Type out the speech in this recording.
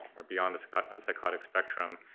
are beyond the psychotic psychotic spectrum.